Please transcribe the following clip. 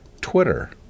Twitter